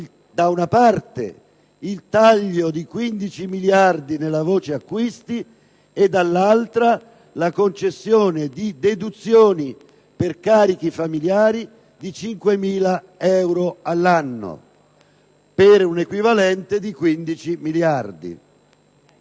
da una parte, il taglio di 15 miliardi di euro nella voce "acquisti" e, dall'altra, la concessione di deduzioni per carichi familiari di 5.000 euro all'anno, per un equivalente di 15 miliardi.